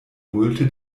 multe